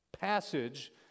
passage